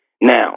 now